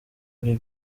ari